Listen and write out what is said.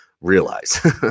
realize